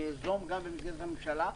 אני איזום גם במסגרת הממשלה,